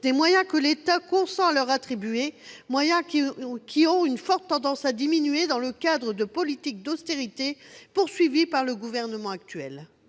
des moyens que l'État consent à leur attribuer, lesquels ont une forte tendance à diminuer dans le cadre des politiques d'austérité poursuivies par le gouvernement actuel.